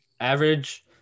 average